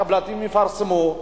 הקבלנים יפרסמו,